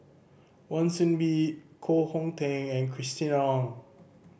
Wan Soon Bee Koh Hong Teng and Christina Ong